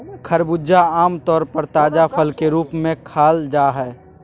खरबूजा आम तौर पर ताजा फल के रूप में खाल जा हइ